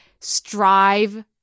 strive